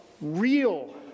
real